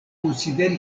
konsideri